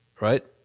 Right